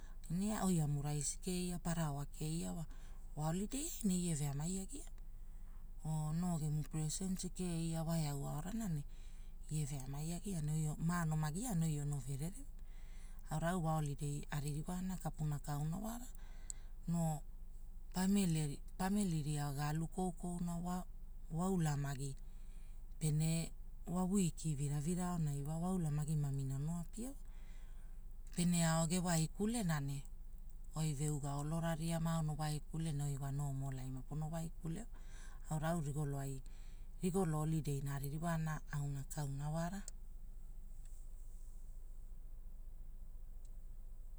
Ne oi amu rais kea paraoa kea wa olidei ne ia veamai agia, noo gemi perecenti kaarana wa eaa aorana ie veamai agia ne maoroma gia ne oi ono verere. Aura wa olidei aririwana kapuna ka auna wara, noo, pamili, pamili ria galu koukouna wa, waulamagi, mamina ono apia wa, pene ao gewaikule ne oi veuga. olora ria maaona waikule ne oi wa noomol ai mapono waikule wa. Au rai rigolo ai, rigolo olideina auna kauna wara.